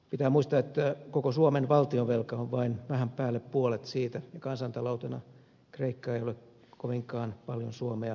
pitää muistaa että koko suomen valtionvelka on vain vähän päälle puolet siitä ja kansantaloutena kreikka ei ole kovinkaan paljon suomea isompi